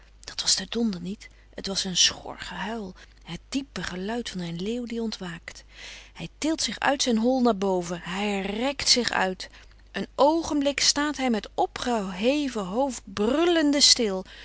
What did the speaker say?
dat was de donder niet het was een schor gehuil het diepe geluid van een leeuw die ontwaakt hij tilt zich uit zijn hol naar boven hij rekt zich uit een oogenblik staat hij met opgeheven hoofd brullende stil